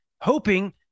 hoping